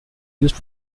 used